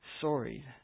sorry